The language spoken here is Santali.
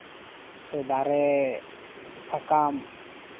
ᱥᱮ ᱫᱟᱨᱮ ᱥᱟᱠᱟᱢ